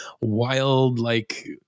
wild-like